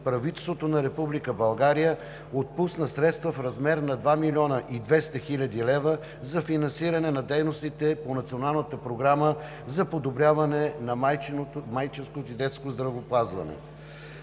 правителството на Република България отпусна средства в размер на 2 млн. 200 хил. лв. за финансиране на дейностите по Националната програма за подобряване на майчиното и детско здравеопазване,